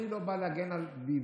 אני לא בא להגן על ביבי,